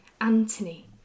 Anthony